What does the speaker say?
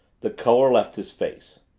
the color left his face.